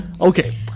okay